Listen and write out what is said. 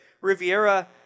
Riviera